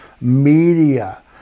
media